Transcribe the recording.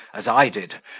as i did,